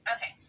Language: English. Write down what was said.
Okay